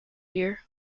hear